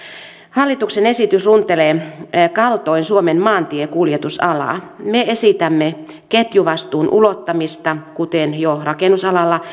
hallituksen esitys runtelee kaltoin suomen maantiekuljetusalaa me esitämme ketjuvastuun ulottamista kuten on jo rakennusalalla